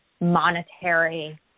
monetary